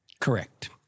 Correct